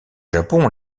japon